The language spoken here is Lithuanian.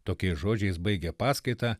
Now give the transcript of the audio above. tokiais žodžiais baigė paskaitą